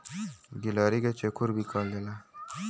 गिलहरी के चेखुर भी कहल जाला